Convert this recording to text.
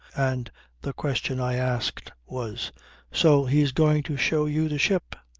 and the question i asked was so he's going to show you the ship?